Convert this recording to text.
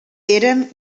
eren